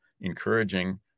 encouraging